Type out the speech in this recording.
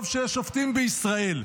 טוב שיש שופטים בישראל.